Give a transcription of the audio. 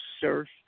surf